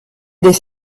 des